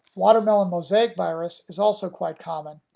watermelon mosaic virus is also quite common.